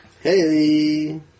Hey